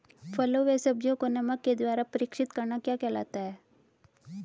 फलों व सब्जियों को नमक के द्वारा परीक्षित करना क्या कहलाता है?